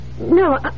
No